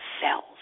Cells